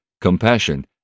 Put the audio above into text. compassion